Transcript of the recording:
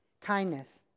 kindness